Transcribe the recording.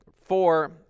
Four